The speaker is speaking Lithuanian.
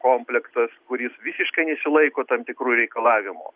kompleksas kuris visiškai nesilaiko tam tikrų reikalavimų